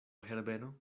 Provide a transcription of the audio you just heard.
herbeno